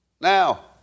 now